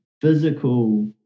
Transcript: physical